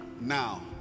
Now